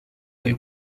del